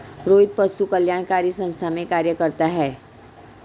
रोहित पशु कल्याणकारी संस्थान में कार्य करता है